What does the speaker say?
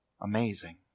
Amazing